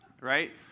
right